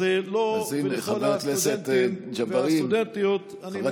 אז לו ולכל הסטודנטים והסטודנטיות אני מאחל הצלחה.